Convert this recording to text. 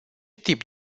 tip